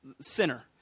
sinner